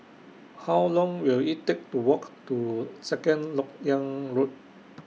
How Long Will IT Take to Walk to Second Lok Yang Road